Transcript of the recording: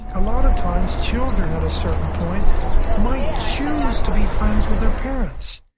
a lot of times children at a certain point might choose to be friends with their parents.